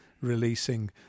releasing